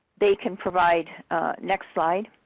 they can provide next slide